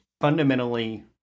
fundamentally